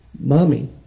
mommy